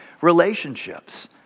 relationships